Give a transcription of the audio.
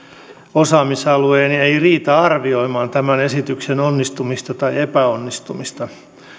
osaamisalueeni ei riitä arvioimaan tämän esityksen onnistumista tai epäonnistumista